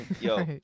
Yo